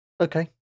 Okay